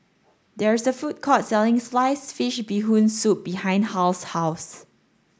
there is a food court selling sliced fish bee hoon soup behind Hal's house